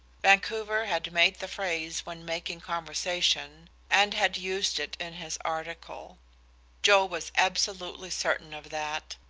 vancouver had made the phrase when making conversation, and had used it in his article joe was absolutely certain of that,